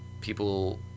people